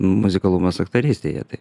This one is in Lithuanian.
muzikalumas aktorystėje tai